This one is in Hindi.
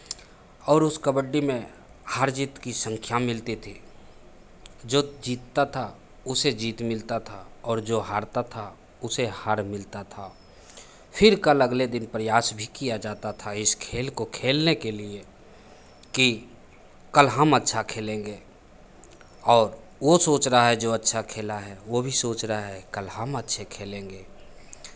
और उस कबड्डी में हार जीत की संख्या मिलती थी जो जीतता था उसे जीत मिलता था और जो हारता था उसे हार मिलता था फिर कल अगले दिन प्रयास भी किया जाता था इस खेल को खेलने के लिए कि कल हम अच्छा खेलेंगे और वो सोच रहा है जो अच्छा खेला है वो भी सोच रहा है कल हम अच्छे खेलेंगे